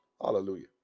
Hallelujah